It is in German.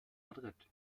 madrid